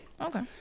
Okay